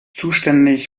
zuständig